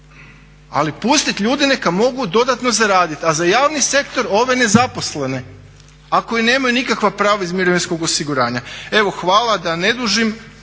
ali pustiti ljude neka mogu dodatno zaraditi. A za javni sektor ove nezaposlene a koji nemaju nikakva prava iz mirovinskog osiguranja. Evo hvala, da ne dužim